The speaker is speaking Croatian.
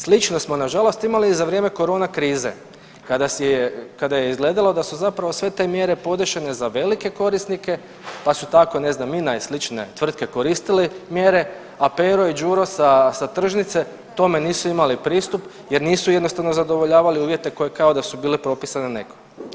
Slično smo na žalost imali i za vrijeme korona krize, kada je izgledalo da su zapravo sve te mjere podešene za velike korisnike, pa su tako ne znam INA i slične tvrtke koristili mjere, a Pero i Đuro sa tržnice tome nisu imali pristup jer nisu jednostavno zadovoljavali uvjete koji kao da su bili propisane nekom.